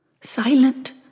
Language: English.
silent